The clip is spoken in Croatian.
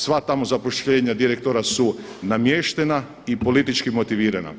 Sva tamo zaposlenja direktora su namještena i politički motivirana.